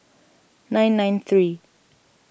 nine nine three